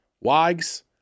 Wags